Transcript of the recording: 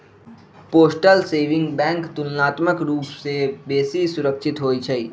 postal saving bank तुलनात्मक रूप से बेशी सुरक्षित होइ छइ